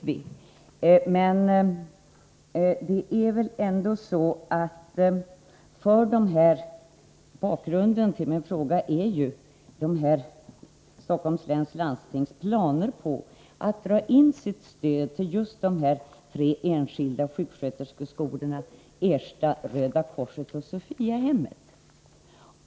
Vi vet hur det är. Bakgrunden till min fråga är Stockholms läns landstings planer på att dra in sitt stöd till just dessa tre enskilda sjuksköterskeskolor — Ersta, Röda korset och Sophiahemmet.